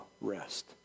rest